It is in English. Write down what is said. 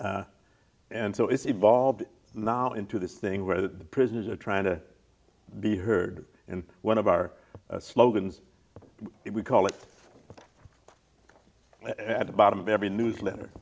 and so it's evolved now into this thing where the prisoners are trying to be heard in one of our slogans we call it at the bottom of every news letter